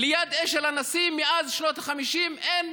ליד אשל הנשיא, מאז שנות ה-50, אין